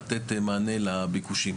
לתת מענה לביקושים.